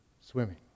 swimming